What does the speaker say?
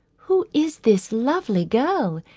who is this lovely girl?